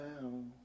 down